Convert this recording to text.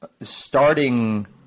starting